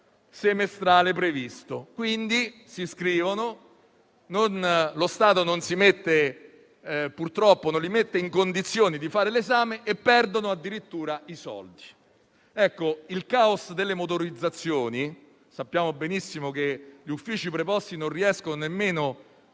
semestrale previsto. Quindi si iscrivono, ma lo Stato purtroppo non li mette in condizioni di sostenere l'esame e perdono addirittura i soldi. Il caos delle motorizzazioni - sappiamo benissimo che gli uffici preposti non riesco nemmeno a